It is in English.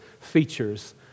features